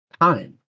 time